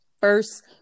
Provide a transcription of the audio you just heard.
first